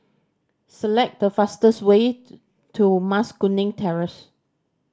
select the fastest way to Mas Kuning Terrace